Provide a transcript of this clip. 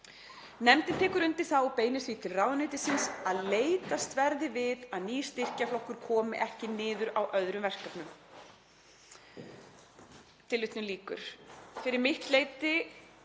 „Nefndin tekur undir það og beinir því til ráðuneytisins að leitast verði við að nýr styrkjaflokkur komi ekki niður á öðrum verkefnum.“